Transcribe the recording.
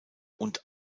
und